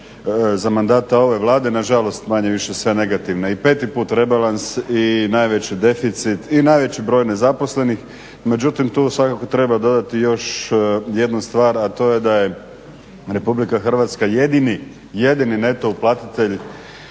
za mandata ove Vlade, nažalost manje-više sve negativne i peti puta rebalans i najveći deficit i najveći broj nezaposlenih, međutim tu svakako treba dodati još jednu stvar, a to je da je RH jedini neto uplatitelj